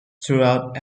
throughout